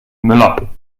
müller